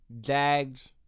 Jags